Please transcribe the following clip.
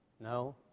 No